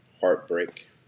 heartbreak